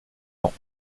ans